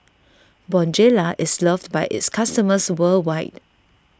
Bonjela is loved by its customers worldwide